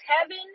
heaven